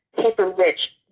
paper-rich